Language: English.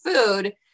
food